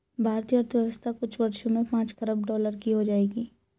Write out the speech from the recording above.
भारतीय अर्थव्यवस्था कुछ वर्षों में पांच खरब डॉलर की हो जाएगी